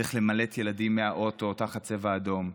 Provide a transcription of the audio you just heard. צריך למלט ילדים מהאוטו תחת צבע אדום,